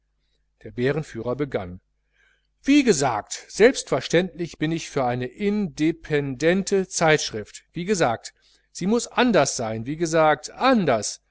der bärenführer begann wie gesagt selbstverständlich bin ich für eine independente zeitschrift wie gesagt sie muß anders sein wie gesagt anders